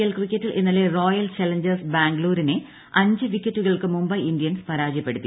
L ക്രിക്കറ്റിൽ ഇന്നലെ royal challengers ബാംഗ്ലൂരിനെ അഞ്ച് വിക്കറ്റുകൾക്ക് മുംബൈ ഇന്ത്യൻസ് പരാജയപ്പെടുത്തി